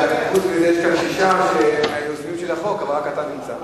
חוץ ממך יש שישה יוזמים של החוק, אבל רק אתה נמצא.